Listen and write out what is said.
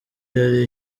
yari